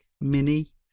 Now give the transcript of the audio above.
mini